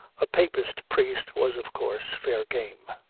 a papist priest was, of course, fair game.